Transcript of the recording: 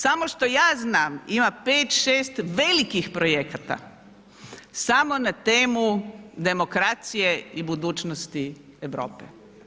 Samo što ja znam, ima pet, šest velikih projekta samo na temu demokracije i budućnosti Europi.